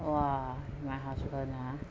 !wah! my husband ah